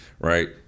Right